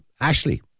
Ashley